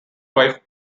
wife